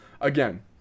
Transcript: Again